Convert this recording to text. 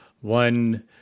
one